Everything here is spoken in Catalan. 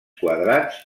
quadrats